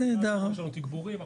יש לנו תגבורים.